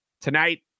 tonight